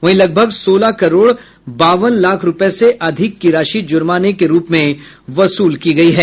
वहीं लगभग सोलह करोड़ बावन लाख रूपये से अधिक की राशि जुर्माने के रूप में वसूली गयी है